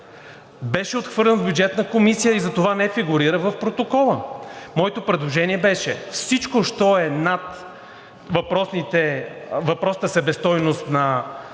беше отхвърлено в Бюджетната комисия и затова не фигурира в протокола. Моето предложение беше: всичко що е над въпросната справедлива себестойност